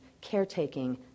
caretaking